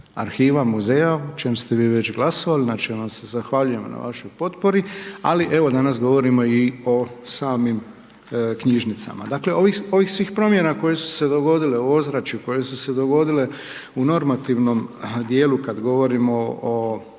arhiva, muzeja, o čemu ste vi već glasovali, znači ja vam se zahvaljujem na vašoj potpori, ali evo danas govorimo i o samim knjižnicama. Dakle, ovih svih promjena koje su se dogodile u ozračju, koje su se dogodile u normativnom dijelu kad govorimo o